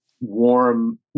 warm